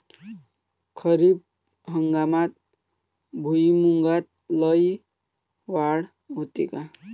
खरीप हंगामात भुईमूगात लई वाढ होते का?